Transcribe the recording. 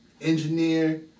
engineer